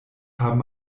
haben